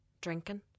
Drinking